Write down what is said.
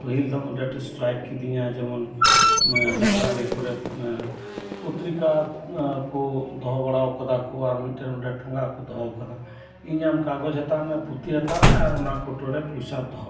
ᱯᱟᱹᱦᱤᱞ ᱫᱷᱟᱣ ᱟᱹᱰᱤ ᱟᱸᱴᱮ ᱥᱴᱨᱟᱭᱤᱠ ᱠᱤᱫᱤᱧᱟ ᱡᱮᱢᱚᱱ ᱰᱟᱦᱟᱨ ᱟᱲᱤᱠᱚᱨᱮ ᱯᱚᱛᱨᱤᱠᱟ ᱚᱱᱟᱠᱩ ᱫᱚᱦᱚ ᱵᱟᱲᱟ ᱟᱠᱟᱫᱟᱠᱩ ᱟᱨ ᱢᱤᱫᱴᱮᱱ ᱚᱸᱰᱮ ᱴᱷᱚᱸᱜᱟᱠᱩ ᱫᱚᱦᱚ ᱟᱠᱟᱫᱟ ᱤᱧ ᱟᱢ ᱠᱟᱜᱚᱡᱽ ᱦᱟᱛᱟᱣᱢᱮ ᱯᱩᱛᱷᱤ ᱦᱟᱛᱟᱣᱢᱮ ᱟᱨ ᱚᱱᱟ ᱠᱚᱴᱚᱨᱮ ᱯᱚᱭᱥᱟ ᱫᱚᱦᱚ ᱚᱴᱚᱠᱟᱢ